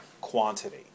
quantity